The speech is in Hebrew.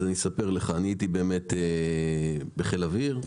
אז אני אספר לך, אני הייתי באמת בחיל האויר,